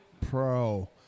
Pro